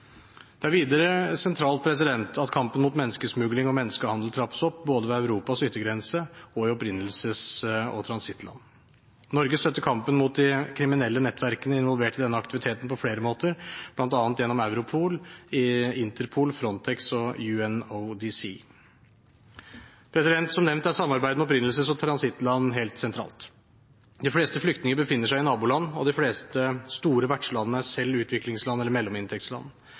Det er videre sentralt at kampen mot menneskesmugling og menneskehandel trappes opp både ved Europas yttergrense og i opprinnelses- og transittland. Norge støtter kampen mot de kriminelle nettverkene involvert i denne aktiviteten på flere måter, bl.a. gjennom Europol, Interpol, Frontex og UNODC. Som nevnt er samarbeidet med opprinnelses- og transittland helt sentralt. De fleste flyktninger befinner seg i naboland, og de fleste store vertslandene er selv utviklingsland eller mellominntektsland.